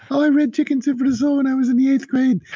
i read chicken soup for the soul when i was in the eighth grade.